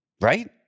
Right